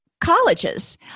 colleges